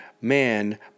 man